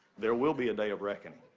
there will be a day of reckoning.